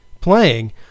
playing